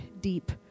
deep